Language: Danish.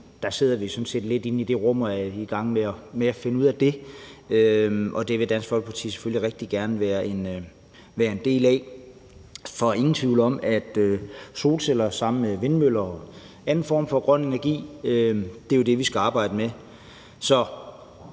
sidder vi sådan set i det rum og er i gang med at finde ud af det. Og det vil Dansk Folkeparti selvfølgelig rigtig gerne være en del af, for der er jo ingen tvivl om, at solceller sammen med vindmøller og andre former for grøn energi er det, vi skal arbejde med.